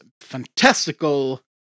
fantastical